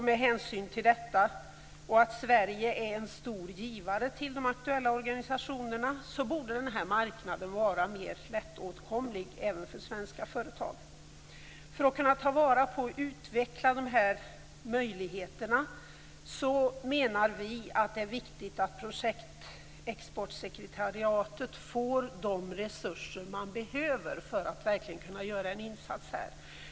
Med hänsyn till detta, och med hänsyn till att Sverige är en stor givare till de aktuella organisationerna, borde den här marknaden vara mer lättåtkomlig även för svenska företag. För att kunna ta vara på och utveckla de här möjligheterna menar vi kristdemokrater att det är viktigt att projektexportsekretariatet får de resurser det behöver för att verkligen kunna göra en insats.